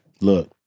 look